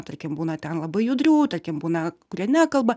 tarkim būna ten labai judrių tarkim būna kurie nekalba